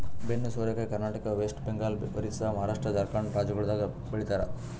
ಬೆನ್ನು ಸೋರೆಕಾಯಿ ಕರ್ನಾಟಕ, ವೆಸ್ಟ್ ಬೆಂಗಾಲ್, ಒರಿಸ್ಸಾ, ಮಹಾರಾಷ್ಟ್ರ ಮತ್ತ್ ಜಾರ್ಖಂಡ್ ರಾಜ್ಯಗೊಳ್ದಾಗ್ ಬೆ ಳಿತಾರ್